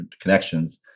connections